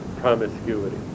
promiscuity